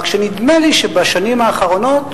רק שנדמה לי שבשנים האחרונות,